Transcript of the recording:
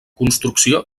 construcció